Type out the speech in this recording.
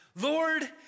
Lord